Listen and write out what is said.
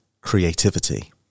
creativity